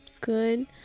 good